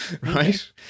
Right